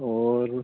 और